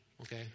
okay